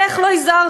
איך לא הזהרתם?